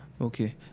okay